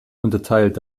unterteilt